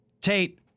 Tate